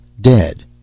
Dead